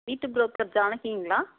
வீட்டு ப்ரோக்கர் ஜானகிங்களா